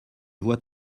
vois